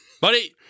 Buddy